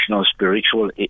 spiritual